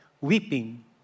weeping